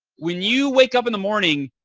when you wake up in the morning,